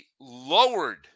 lowered